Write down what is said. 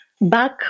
Back